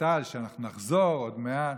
דיסטל שאנחנו נחזור עוד מעט,